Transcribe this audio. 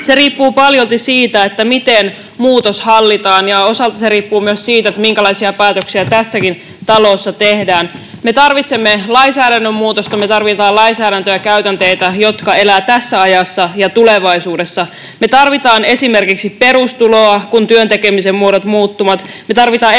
riippuu paljolti siitä, miten muutos hallitaan, ja osaltaan se riippuu myös siitä, minkälaisia päätöksiä tässäkin talossa tehdään. Me tarvitsemme lainsäädännön muutosta, me tarvitsemme lainsäädäntöä ja käytänteitä, jotka elävät tässä ajassa ja tulevaisuudessa. Me tarvitsemme esimerkiksi perustuloa, kun työn tekemisen muodot muuttuvat.